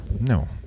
No